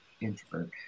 introvert